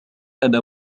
أنا